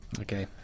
Okay